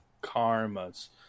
Karma's